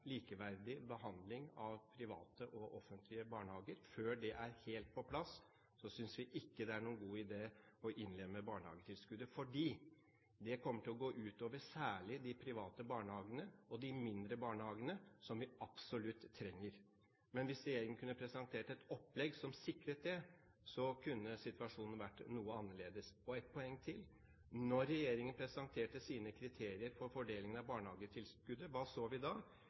likeverdig behandling av private og offentlige barnehager. Før det er helt på plass, synes vi ikke det er noen god idé å innlemme barnehagetilskuddet, for det kommer til å gå ut over særlig de private barnehagene og de mindre barnehagene, som vi absolutt trenger. Men hvis regjeringen kunne presentert et opplegg som sikret det, kunne situasjonen vært noe annerledes. Og ett poeng til: Da regjeringen presenterte sine kriterier for fordelingen av barnehagetilskuddet, hva så vi da?